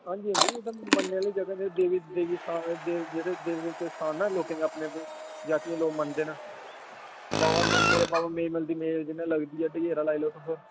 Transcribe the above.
हंजी हंजी ऐ ते मन्नेने आह्ली जगह ऐ देवी देवी स्थान देवी देवतें दे स्थान न लोकें दे अपने अपने जातियें दे लोक मनदे न बाबा मेई मल्ल दी मेल जिसलै लगदी ऐ डगेरा लाई लैओ तुस